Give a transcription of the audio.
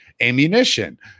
ammunition